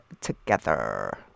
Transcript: together